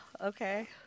Okay